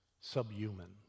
subhuman